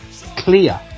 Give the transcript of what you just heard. clear